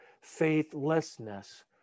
faithlessness